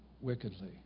wickedly